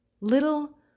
little